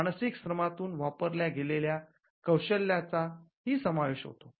मानसिक श्रमातून वापरल्या गेलेल्या कौशल्याचा ही समावेश होतो